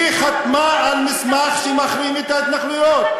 היא חתמה על מסמך שמחרים את ההתנחלויות,